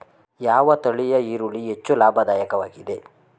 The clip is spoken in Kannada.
ಯಾವ ತಳಿಯ ಈರುಳ್ಳಿ ಹೆಚ್ಚು ಲಾಭದಾಯಕವಾಗಿದೆ?